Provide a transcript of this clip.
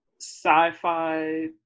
sci-fi